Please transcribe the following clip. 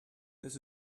this